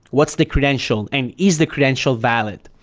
what's the credential, and is the credential valid?